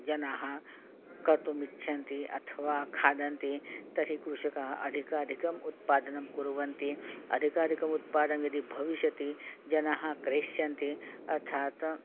जनाः कर्तुम् इच्छन्ति अथवा खादन्ति तर्हि कृषकाः अधिकाधिकम् उत्पादनं कुर्वन्ति अधिकाधिकम् उत्पादनं यदि भविष्यति जनाः क्रेष्यन्ति अर्थात्